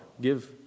give